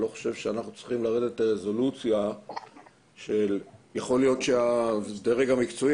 אני לא חושב שאנחנו צריכים לרדת לרזולוציה - יכול להיות שהדרג המקצועי,